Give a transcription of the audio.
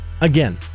Again